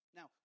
Now